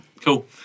Cool